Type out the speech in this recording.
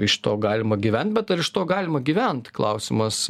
iš to galima gyvent bet ar iš to galima gyvent klausimas